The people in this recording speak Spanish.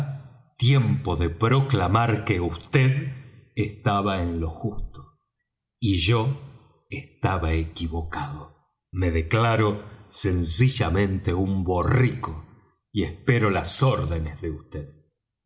tiempo de proclamar que vd estaba en lo justo y yo estaba equivocado me declaro sencillamente un borrico y espero las órdenes de